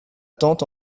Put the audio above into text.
tante